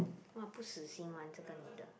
!wah! 不死心 [one] 这个女的